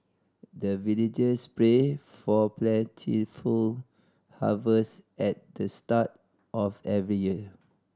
the villagers pray for plentiful harvest at the start of every year